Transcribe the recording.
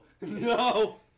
no